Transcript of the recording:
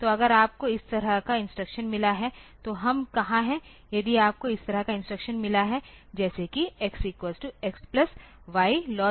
तो अगर आपको इस तरह का इंस्ट्रक्शन मिला है तो हम कहाँ हैं यदि आपको इस तरह का इंस्ट्रक्श मिला है जैसे कि x x y 2